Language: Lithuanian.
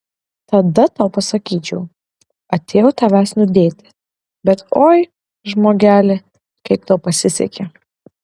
tada tau pasakyčiau atėjau tavęs nudėti bet oi žmogeli kaip tau pasisekė